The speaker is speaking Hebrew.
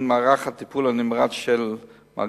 של מערך הטיפול הנמרץ של מגן-דוד-אדום,